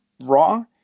raw